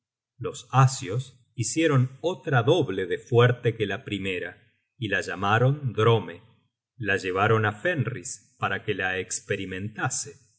los asios hicieron otra doble de fuerte que la primera y la llamaron drome la llevaron á fenris para que la